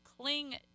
cling